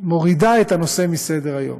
כמורידה את הנושא מסדר-היום.